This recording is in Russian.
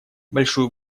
большую